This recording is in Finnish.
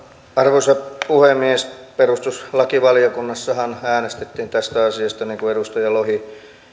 arvoisa puhemies perustuslakivaliokunnassahan äänestettiin tästä asiasta niin kuin edustaja lohi